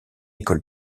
école